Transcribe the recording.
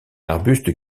arbuste